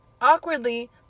awkwardly